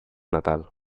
natal